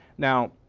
now